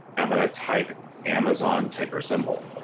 i'm going to type amazon ticker symbol.